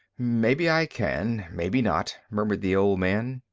maybe i can, maybe not, murmured the old man.